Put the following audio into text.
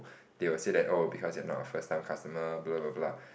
they will say that oh because you're not a first time customer blah blah blah blah